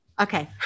okay